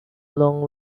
long